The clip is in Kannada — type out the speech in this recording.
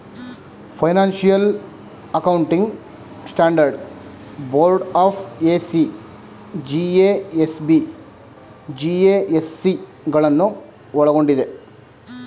financial accounting standard board FAC, GASB, GASC ಗಳನ್ನು ಒಳ್ಗೊಂಡಿದೆ